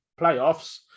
playoffs